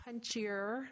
punchier